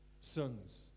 Sons